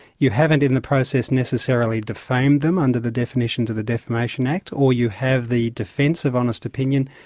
you haven't in the process necessarily defamed them under the definitions of the defamation act, or you have the defence of honest opinion.